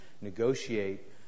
negotiate